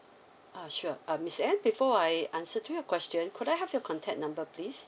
uh sure uh miss anne before I answer to your question could I have your contact number please